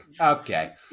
Okay